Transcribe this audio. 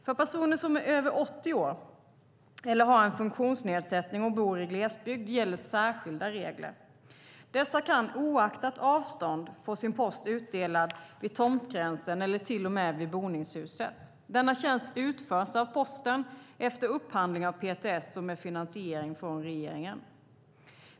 För personer som är över 80 år eller har en funktionsnedsättning och bor i glesbygd gäller särskilda regler. Dessa kan oavsett avstånd få sin post utdelad vid tomtgränsen eller till och med vid boningshuset. Denna tjänst utförs av Posten efter upphandling av PTS och med finansiering från regeringen.